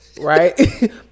Right